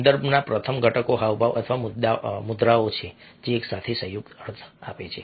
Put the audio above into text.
સંદર્ભના પ્રથમ ઘટકો હાવભાવ અથવા મુદ્રાઓ છે જે એકસાથે સંયુક્ત અર્થ આપે છે